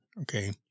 Okay